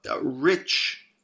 rich